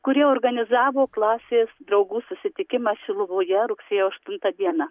kurie organizavo klasės draugų susitikimą šiluvoje rugsėjo aštuntą dieną